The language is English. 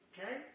Okay